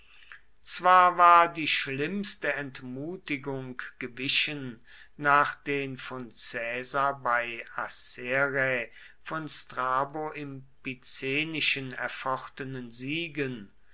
zwar war die schlimmste entmutigung gewichen nach den von caesar bei acerrae von strabo im picenischen erfochtenen siegen